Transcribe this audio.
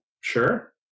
Sure